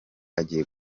agiye